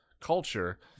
culture